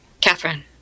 Catherine